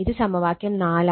ഇത് സമവാക്യം 4 ആണ്